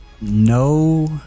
no